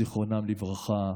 זיכרונם לברכה,